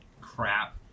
crap